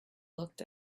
looked